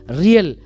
real